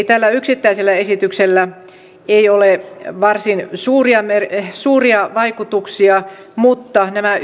tällä yksittäisellä esityksellä ei ole varsin suuria vaikutuksia mutta nämä